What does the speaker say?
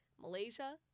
Malaysia